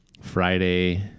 Friday